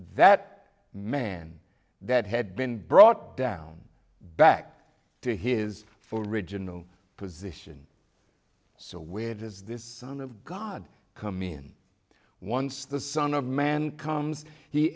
that man that had been brought down back to his former original position so where does this son of god come in once the son of man comes he